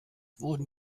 wurden